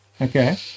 Okay